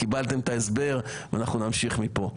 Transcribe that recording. קיבלתם את ההסבר ואנחנו נמשיך מפה.